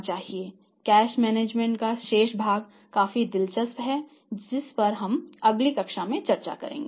इसलिए cash management का शेष भाग काफी दिलचस्प है जिस पर हम अगली कक्षा में चर्चा करेंगे